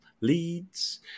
Leeds